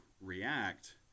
React